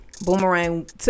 Boomerang